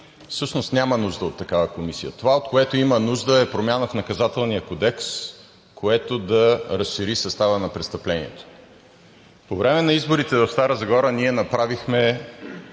всъщност няма нужда от такава комисия. Това, от което има нужда, е промяна в Наказателния кодекс, която да разшири състава на престъплението. По време на изборите в Стара Загора ние направихме